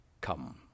come